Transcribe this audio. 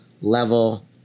level